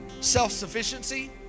Self-sufficiency